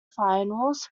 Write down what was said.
finals